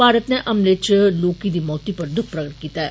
भारत ने हमले च लोकें दी मौती पर दुःख प्रकट कीता ऐ